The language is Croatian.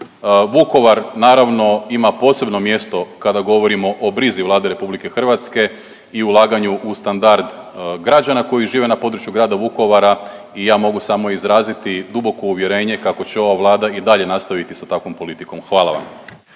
Vukovar naravno ima posebno mjesto kada govorimo o brizi Vlade RH i ulaganju u standard građana koji žive na području grada Vukovara i ja mogu samo izraziti duboko uvjerenje kako će ova Vlada i dalje nastaviti sa takvom politikom, hvala vam.